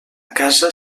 casa